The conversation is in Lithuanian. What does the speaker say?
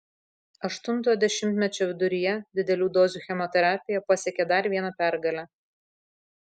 aštuntojo dešimtmečio viduryje didelių dozių chemoterapija pasiekė dar vieną pergalę